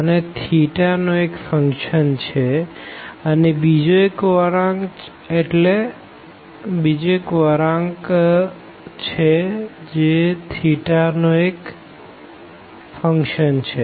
એ નો એક ફંક્શન છેઅને બીજો એક વળાંક છે જે નો એક ફંક્શન છે